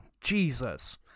Jesus